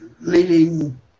leading